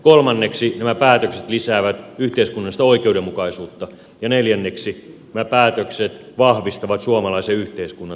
kolmanneksi nämä päätökset lisäävät yhteiskunnallista oikeudenmukaisuutta ja neljänneksi nämä päätökset vahvistavat suomalaisen yhteiskunnan turvallisuutta